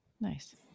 Nice